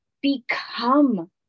Become